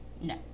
No